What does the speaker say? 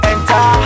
Enter